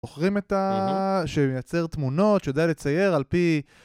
זוכרים את ה... שמייצר תמונות, שיודע לצייר על פי...